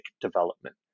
development